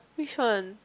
which one